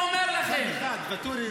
לא יהיו פלגים חמושים.